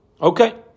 Okay